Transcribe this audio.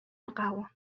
القهوة